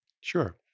Sure